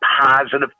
positive